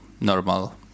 normal